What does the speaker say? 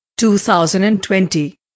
2020